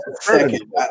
second